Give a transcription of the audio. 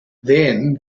then